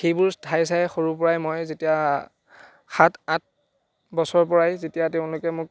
সেইবোৰ ঠাই চাই মই সৰুৰ পৰাই যেতিয়া সাত আঠ বছৰৰ পৰাই যেতিয়া তেওঁলোকে মোক